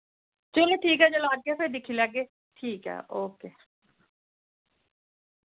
चलो ठीक ऐ जेल्लै औगे फिर दिक्खी लैगे ठीक ऐ ओके